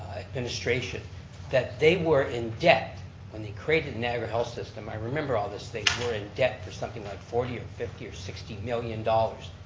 administration that they were in debt when they created niagara health system. i remember all this, they were in debt for something like forty or fifty or sixty million dollars,